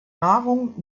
nahrung